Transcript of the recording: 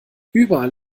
überall